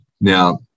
Now